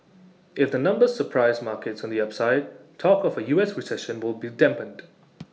if the numbers surprise markets on the upside talk of A us recession will be dampened